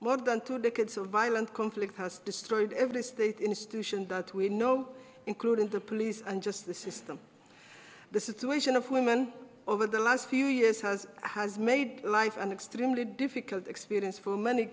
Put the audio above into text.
conflict has destroyed every state institution that we know including the police and just the system the situation of women over the last few years has has made life an extremely difficult experience for many